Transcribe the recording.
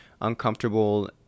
uncomfortable